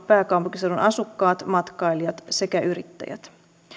pääkaupunkiseudun asukkaat matkailijat sekä yrittäjät